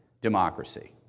democracy